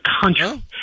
country